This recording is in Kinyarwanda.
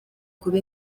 kuba